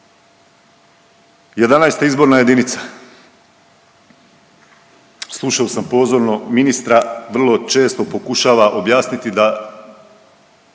11. izborna jedinica. Slušao sam pozorno ministra, vrlo često pokušava objasniti da